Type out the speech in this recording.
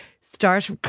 start